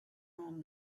home